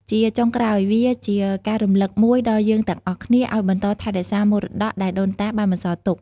ជាចុងក្រោយ វាជាការរំលឹកមួយដល់យើងទាំងអស់គ្នាឲ្យបន្តថែរក្សាមរតកដែលដូនតាបានបន្សល់ទុក។